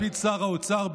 לפיד שר האוצר,